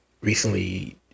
Recently